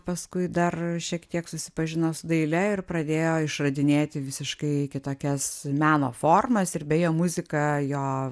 paskui dar šiek tiek susipažino su daile ir pradėjo išradinėti visiškai kitokias meno formas ir beje muzika jo